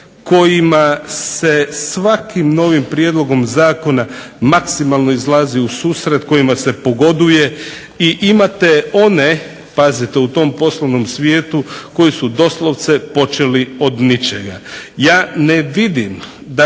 kojima se svakim novim prijedlogom zakona maksimalno izlazi u susret, kojima se pogoduje i imate one, pazite u tom poslovnom svijetu koji su doslovce počeli od ničega.